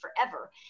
forever